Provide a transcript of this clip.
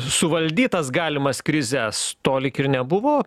suvaldyt tas galimas krizes to lyg ir nebuvo